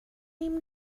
ihm